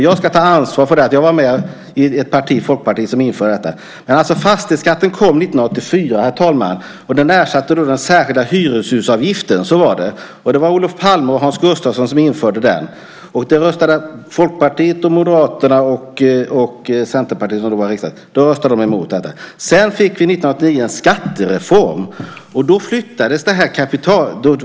Jag tar ansvar för att jag var med i ett parti, Folkpartiet, som införde den. Fastighetsskatten kom 1984, herr talman, och den ersatte den särskilda hyreshusavgiften. Så var det. Det var Olof Palme och Hans Gustafsson som införde den. Folkpartiet och Moderaterna och Centerpartiet röstade emot den. Sedan fick vi en skattereform 1989.